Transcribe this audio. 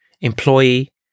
employee